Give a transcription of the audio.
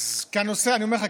כי אני אומר לך,